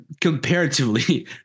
comparatively